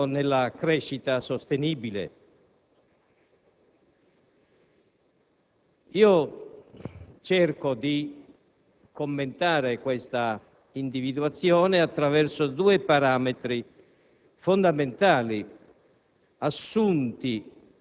è indicato nella crescita sostenibile. Cerco di commentare questa individuazione attraverso due parametri fondamentali,